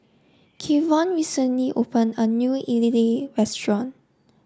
Kevon recently opened a New Idly Restaurant